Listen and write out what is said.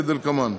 כדלקמן: